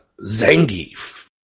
Zangief